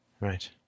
Right